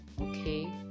okay